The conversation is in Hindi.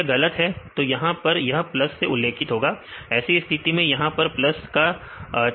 अगर यह गलत है तो यहां पर यह प्लस से उल्लेखित है ऐसी स्थिति में यहां यह प्लस का चिन्ह क्यों है